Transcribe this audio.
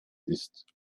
ist